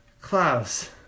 Klaus